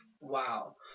Wow